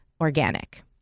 organic